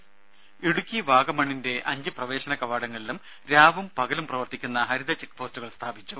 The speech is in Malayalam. ദേദ ഇടുക്കി വാഗമണിന്റെ അഞ്ച് പ്രവേശന കവാടങ്ങളിലും രാവും പകലും പ്രവർത്തിക്കുന്ന ഹരിത ചെക്ക് പോസ്റ്റുകൾ സ്ഥാപിച്ചു